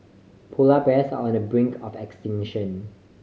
polar bears are on the brink of extinction